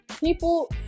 People